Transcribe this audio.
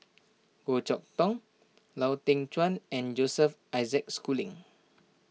Goh Chok Tong Lau Teng Chuan and Joseph Isaac Schooling